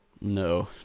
No